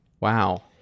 Wow